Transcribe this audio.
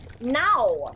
now